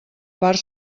part